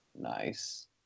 nice